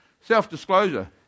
Self-disclosure